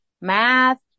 math